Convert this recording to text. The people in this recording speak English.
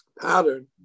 pattern